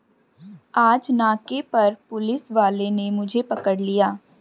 आज नाके पर पुलिस वाले ने मुझे पकड़ लिया